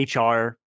HR